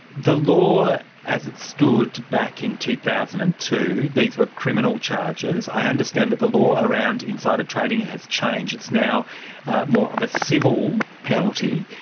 the law as it stood back in two thousand and two, these were criminal charges, i understand that the law around insider trading has changed it's now more of a civil penalty,